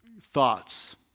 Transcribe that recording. thoughts